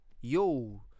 yo